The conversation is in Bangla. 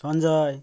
সঞ্জয়